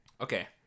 okay